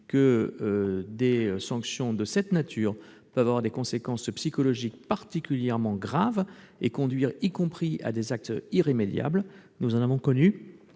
des sanctions de cette nature peuvent avoir des conséquences psychologiques particulièrement graves, y compris conduire à des actes irrémédiables. Nous en avons connu